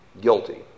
guilty